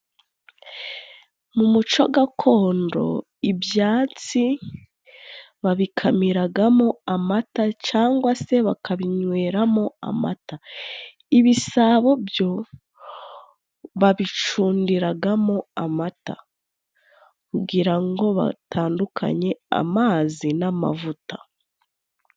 Mu muco gakondo ibyansi babikamiragamo amata cangwa se bakabinyweramo amata . Ibisabo byo babicundiragamo amata， kugira ngo batandukanye amazi n'amavuta.